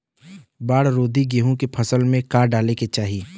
बाढ़ रोधी गेहूँ के फसल में का डाले के चाही?